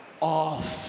off